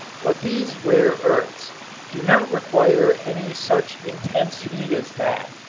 but these rare earths do not require any such intense heat as that,